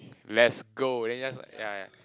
let's go then just ya